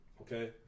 okay